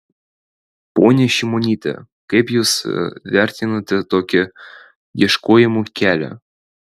ponia šimonyte kaip jūs vertinate tokį ieškojimų kelią